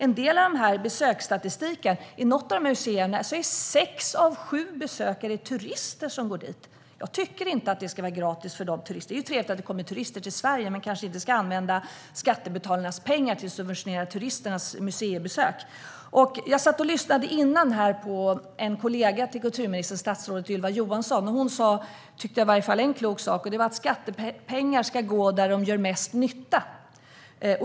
Enligt besöksstatistiken är sex av sju besökare på något av museerna turister. Jag tycker inte att det ska vara gratis för dem. Det är trevligt att det kommer turister till Sverige, men vi kanske inte ska använda skattebetalarnas pengar för att subventionera deras museibesök. Jag satt tidigare och lyssnade på en kollega till kulturministern, statsrådet Ylva Johansson, och hon sa i varje fall en klok sak, tyckte jag: Skattepengar ska gå dit där de gör mest nytta.